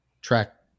Track